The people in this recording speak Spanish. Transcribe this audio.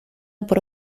por